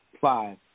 Five